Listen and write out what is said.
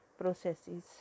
processes